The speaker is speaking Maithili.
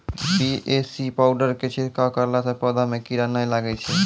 बी.ए.सी पाउडर के छिड़काव करला से पौधा मे कीड़ा नैय लागै छै?